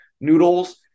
noodles